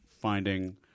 finding